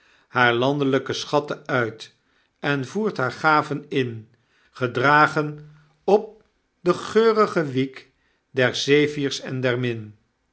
haar landelyke schatten uit en voert haar gaven in gedragen op de geurge wiek der zefirs en der